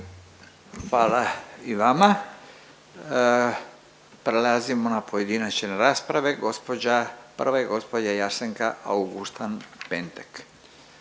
Hvala i vama. Prelazimo na pojedinačne rasprave, gđa., prva je gđa. Jasenka Auguštan-Pentek,